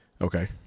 Okay